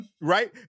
Right